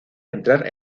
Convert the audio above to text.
entrar